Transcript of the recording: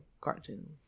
cartoons